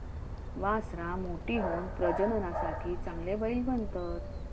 वासरां मोठी होऊन प्रजननासाठी चांगले बैल बनतत